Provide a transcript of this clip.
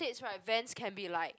States right Vans can be like